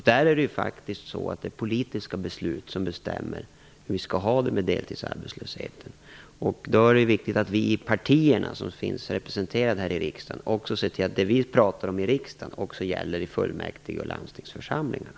Där är det ju faktiskt också politiska beslut som avgör hur vi skall ha det med deltidsarbetslösheten, och det är då viktigt att vi i de partier som finns representerade i riksdagen ser till att det vi pratar om här i riksdagen också gäller i fullmäktige och i landstingsförsamlingarna.